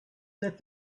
that